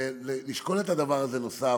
לשקול את הדבר הזה שוב.